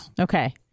Okay